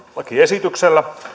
lakiesityksellä